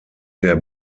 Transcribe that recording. der